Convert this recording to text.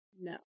No